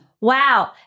Wow